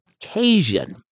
occasion